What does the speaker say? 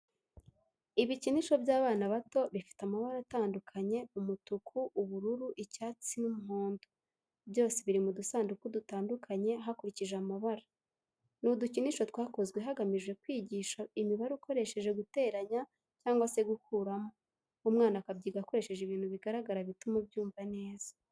Ibikinisho by'abana bato bifite amabara atandukanye umutuku, ubururu, icyatsi n'umuhondo byose biri mu dusanduku dutandukanye hakurikije amabara. Ni udukinisho twakozwe hagamijwe kwigisha imibare ukoresheje guteranya cyangwa se gukuramo umwana akabyiga akoresheje ibintu bigaragara bituma abyumva neza.